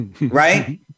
right